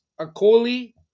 Akoli